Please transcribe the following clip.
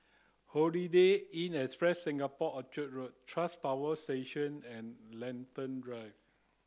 Holiday Inn Express Singapore Orchard Road Tuas Power Station and Lentor Drive